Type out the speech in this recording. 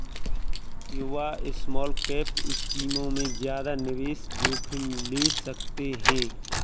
युवा स्मॉलकैप स्कीमों में ज्यादा निवेश जोखिम ले सकते हैं